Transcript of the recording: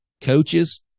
coaches